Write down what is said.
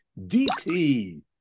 dt